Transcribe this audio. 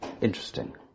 interesting